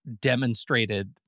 demonstrated